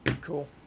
cool